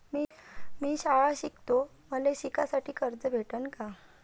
मी शाळा शिकतो, मले शिकासाठी कर्ज भेटन का?